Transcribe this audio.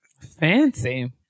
Fancy